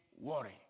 worry